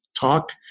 talk